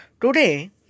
Today